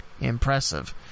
Impressive